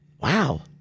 Wow